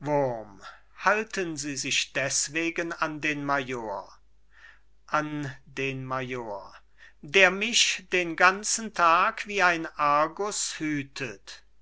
halten sie sich deßwegen an den major an den major der mich den ganzen tag wie ein argus hütet